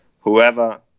whoever